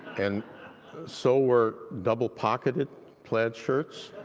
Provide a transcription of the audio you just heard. and so were double pocketed plaid shirts,